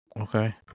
Okay